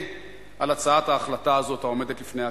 על הצעת ההחלטה הזאת העומדת לפני הכנסת.